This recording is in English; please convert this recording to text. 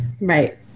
Right